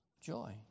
joy